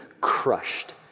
crushed